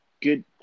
good